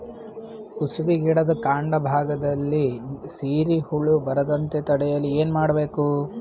ಕುಸುಬಿ ಗಿಡದ ಕಾಂಡ ಭಾಗದಲ್ಲಿ ಸೀರು ಹುಳು ಬರದಂತೆ ತಡೆಯಲು ಏನ್ ಮಾಡಬೇಕು?